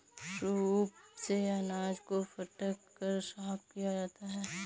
soup से अनाज को फटक कर साफ किया जाता है